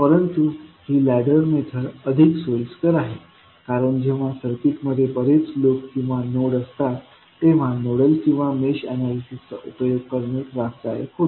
परंतु ही ladder method अधिक सोयीस्कर आहे कारण जेव्हा सर्किटमध्ये बरेच लूप किंवा नोड असतात तेव्हा नोडल किंवा मेश एनालिसिसचा उपयोग करणे त्रासदायक होते